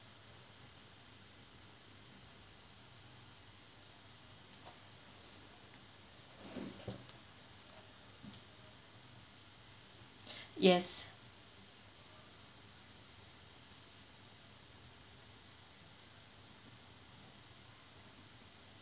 yes